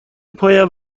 پایم